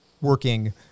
working